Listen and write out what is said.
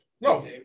no